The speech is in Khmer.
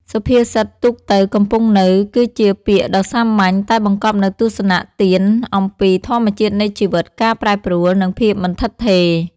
សុភាសិត ទូកទៅ កំពង់នៅ គឺជាពាក្យដ៏សាមញ្ញ តែបង្កប់នូវទស្សនៈទានអំពីធម្មជាតិនៃជីវិត ការប្រែប្រួល និងភាពមិនឋិតថេរ។